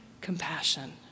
compassion